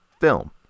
film